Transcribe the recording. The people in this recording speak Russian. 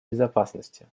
безопасности